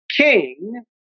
King